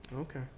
Okay